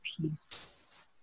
peace